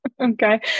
Okay